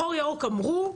אור ירוק אמרו.